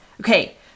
Okay